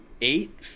eight